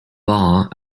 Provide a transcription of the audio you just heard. bar